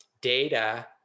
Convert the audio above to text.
data